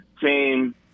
team